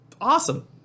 awesome